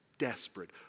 Desperate